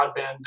broadband